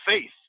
faith